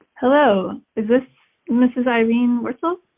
hello. is this mrs. irene wurtzel?